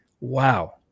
Wow